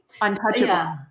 untouchable